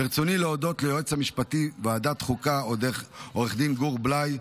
ברצוני להודות ליועץ המשפטי של ועדת חוקה עו"ד גור בליי,